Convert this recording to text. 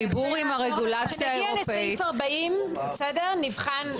כשנגיע לסעיף 40 נבחן,